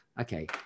okay